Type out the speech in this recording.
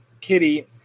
kitty